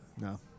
No